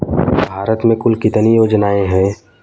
भारत में कुल कितनी योजनाएं हैं?